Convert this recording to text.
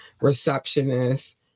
receptionist